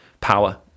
power